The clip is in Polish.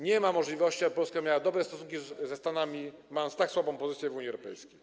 Nie ma możliwości, aby Polska miała dobre stosunki ze Stanami, mając tak słabą pozycję w Unii Europejskiej.